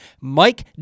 Mike